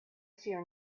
fear